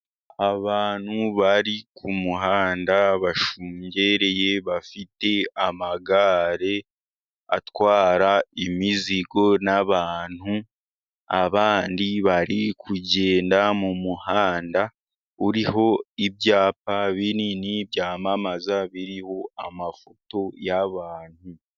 Abantu bari ku muhanda bashungereye, bafite amagare atwara imizigo n'abantu, abandi bari kugenda mu muhanda uriho ibyapa binini byamamaza, biriho amafoto y'abantu.